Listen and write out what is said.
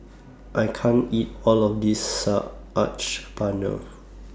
I can't eat All of This Paneer